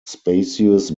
spacious